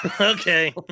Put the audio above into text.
okay